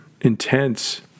intense